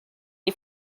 you